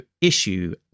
issue